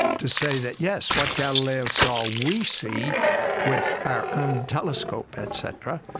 to say that, yes, what galileo saw we see with our own telescope, etc.